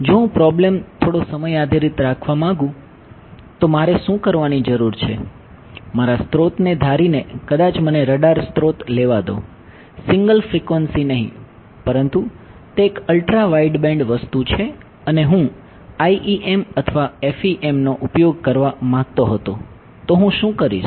જો હું પ્રોબ્લેમ થોડો સમય આધારિત વસ્તુ છે અને હું IEM અથવા FEM નો ઉપયોગ કરવા માંગતો હતો તો હું શું કરીશ